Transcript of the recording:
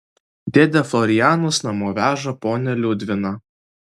dėdė florianas namo veža ponią liudviną